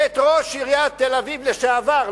את ראש עיריית תל-אביב לשעבר,